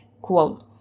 quote